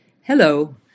Hello